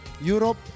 Europe